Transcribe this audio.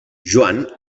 joan